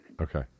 Okay